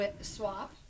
swap